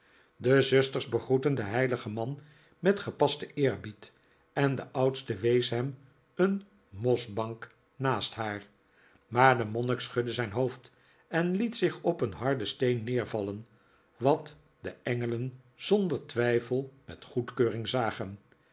de zusters begroetten den heiligen man met gepasten eerbied en de oudste wees hem een mosbank naast haar maar de monnik schudde zijn hoofd en liet zich op een harden steen neervallen wat de engelen zonder twijfel met goedkeuring zagen